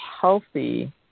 healthy